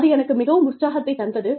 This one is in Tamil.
அது எனக்கு மிகவும் உற்சாகத்தைத் தந்தது